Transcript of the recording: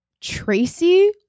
Tracy